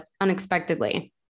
unexpectedly